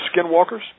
skinwalkers